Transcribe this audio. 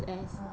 ah